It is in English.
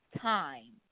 time